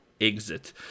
exit